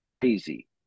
crazy